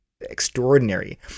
extraordinary